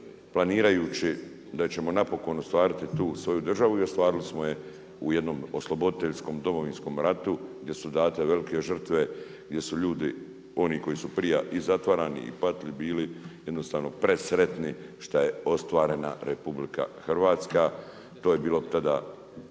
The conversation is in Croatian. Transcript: planirajući da ćemo napokon ostvariti tu svoju državu i ostavili smo je u jednom osloboditeljskom Domovinskom ratu gdje su date velike žrtve, gdje su ljudi oni koji su prija i zatvarani i patili bili jednostavno presretni što je ostvarena RH. To je bilo tada